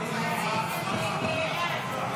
לא נתקבלה.